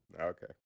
okay